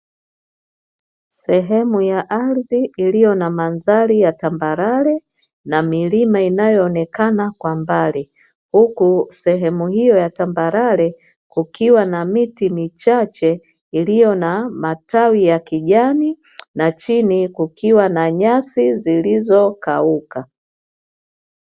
Sehemu ya ardhi, iliyo na mandhari ya tambarare na milima inayoonekana kwa mbali, huku sehemu hiyo ya tambarare kukiwana miti michache iliyo na matawi ya kijani, na chini kukiwa na nyasi zilizokauka.